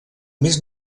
mes